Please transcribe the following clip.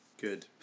Good